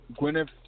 Gwyneth